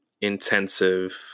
intensive